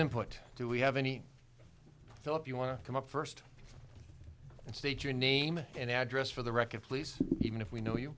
input do we have any fillip you want to come up first and state your name and address for the record please even if we know you